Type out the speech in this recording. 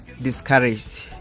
discouraged